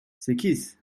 sekiz